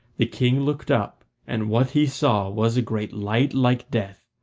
the king looked up, and what he saw was a great light like death,